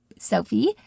Sophie